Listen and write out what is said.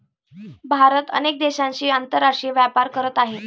भारत अनेक देशांशी आंतरराष्ट्रीय व्यापार करत आहे